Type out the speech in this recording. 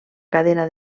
cadena